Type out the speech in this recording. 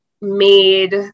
made